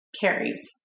carries